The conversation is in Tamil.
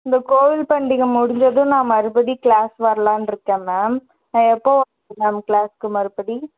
இந்த கோவில் பண்டிகை முடிஞ்சதும் நான் மறுபடி க்ளாஸ் வரலாம்ருக்கேன் மேம் நான் எப்போ மேம் க்ளாஸ்க்கு மறுபடி